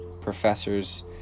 professors